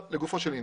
לגופו של עניין.